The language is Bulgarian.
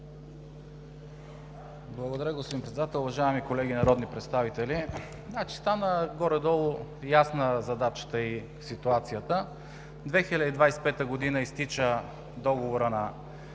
Благодаря, господин Председател. Уважаеми колеги народни представители! Стана горе-долу ясна задачата и ситуацията – през 2025 г. изтича договорът на